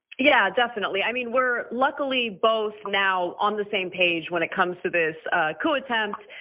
yeah, definitely. i mean, we're luckily both now on the same page when it comes to this coup attempt.